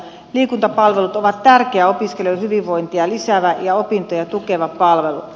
liikuntapalvelut ovat tärkeä opiskelijoiden hyvinvointia lisäävä ja opintoja tukeva palvelu